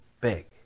big